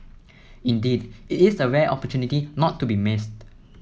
indeed it is a rare opportunity not to be missed